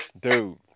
Dude